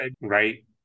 Right